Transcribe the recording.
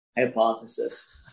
hypothesis